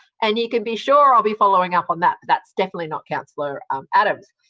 and you can be sure i'll be following up on that. that's definitely not councillor um adams.